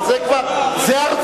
יהודה ושומרון שומרים עליך.